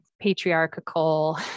patriarchal